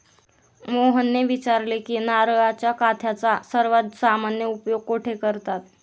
मोहनने विचारले की नारळाच्या काथ्याचा सर्वात सामान्य उपयोग कुठे करतात?